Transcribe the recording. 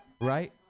right